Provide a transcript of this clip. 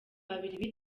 babiri